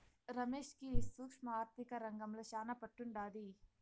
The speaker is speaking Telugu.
రమేష్ కి ఈ సూక్ష్మ ఆర్థిక రంగంల శానా పట్టుండాది